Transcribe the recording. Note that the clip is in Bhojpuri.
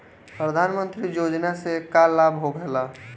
प्रधानमंत्री योजना से का लाभ होखेला?